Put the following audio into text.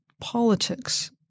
politics